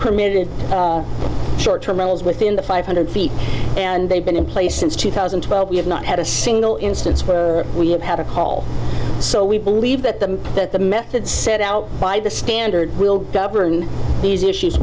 committed short term goals within the five hundred feet and they've been in place since two thousand and twelve we have not had a single instance where we have had a call so we believe that the that the method set out by the standard will govern these issues